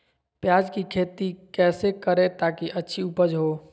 प्याज की खेती कैसे करें ताकि अच्छी उपज हो?